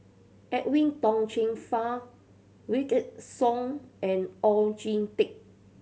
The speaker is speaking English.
Edwin Tong Chun Fai Wykidd Song and Oon Jin Teik